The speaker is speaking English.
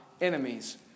enemies